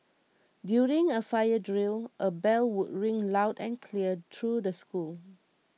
during a fire drill a bell would ring loud and clear through the school